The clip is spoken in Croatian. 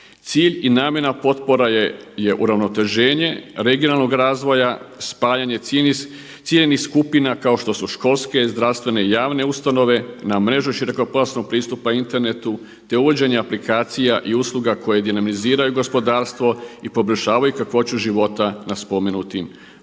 Cilj i namjena potpora je uravnoteženje regionalnog razvoja, spajanja ciljanih skupina kao što su školske, zdravstvene i javne ustanove na mrežu širokopojasnog pristupa internetu, te uvođenja aplikacija i usluga koje dinamiziraju gospodarstvo i poboljšavaju kakvoću života na spomenutim područjima.